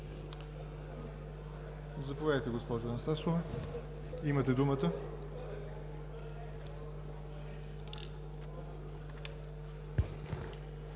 Заповядайте, госпожо Анастасова. Имате думата.